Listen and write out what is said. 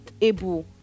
able